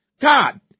God